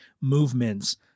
movements